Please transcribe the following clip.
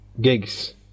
gigs